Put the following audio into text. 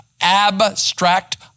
abstract